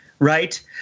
right